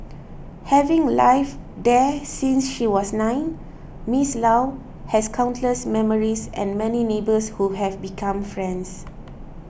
having lived there since she was nine Miss Law has countless memories and many neighbours who have become friends